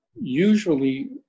usually